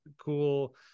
cool